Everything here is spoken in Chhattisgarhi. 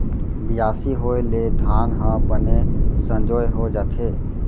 बियासी होय ले धान ह बने संजोए हो जाथे